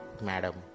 Madam